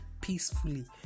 peacefully